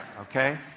okay